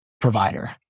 provider